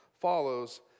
follows